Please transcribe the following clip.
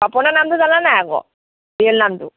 পাপনৰ নামটো জানা নে নাই আকৌ ৰিয়েল নামটো